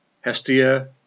Hestia